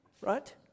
Right